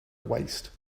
waist